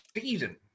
season